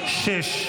-- 6.